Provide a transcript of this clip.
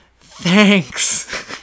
Thanks